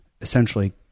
essentially